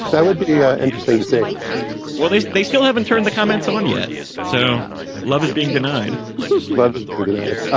that would be ah interesting to see well they they still haven't turned the comments on yet so love is being denied love is being denied.